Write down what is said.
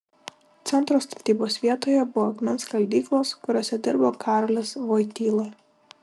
centro statybos vietoje buvo akmens skaldyklos kuriose dirbo karolis vojtyla